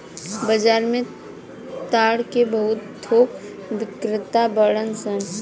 बाजार में ताड़ के बहुत थोक बिक्रेता बाड़न सन